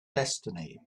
destiny